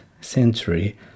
century